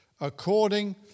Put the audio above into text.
according